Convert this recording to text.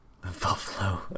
Buffalo